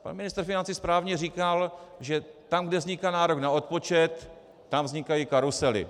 Pan ministr financí správně říkal, že tam, kde vzniká nárok na odpočet, tam vznikají karusely.